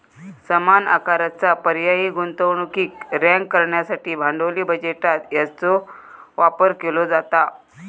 समान आकाराचा पर्यायी गुंतवणुकीक रँक करण्यासाठी भांडवली बजेटात याचो वापर केलो जाता